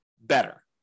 better